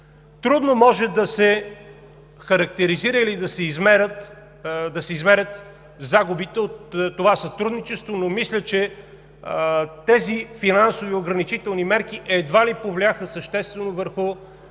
Трудно може да се характеризира или да се измерят загубите от това сътрудничество, но мисля, че тези финансови ограничителни мерки едва ли повлияха съществено върху